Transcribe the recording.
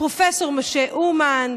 פרופ' משה אומן,